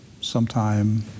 sometime